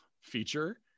feature